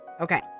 Okay